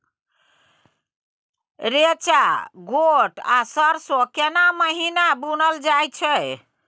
रेचा, गोट आ सरसो केना महिना बुनल जाय छै?